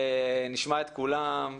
נשמע את כולם,